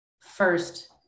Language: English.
first